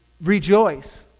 rejoice